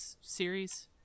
series